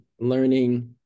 learning